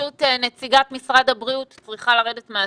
נציגת משרד הבריאות צריכה לרדת מהזום,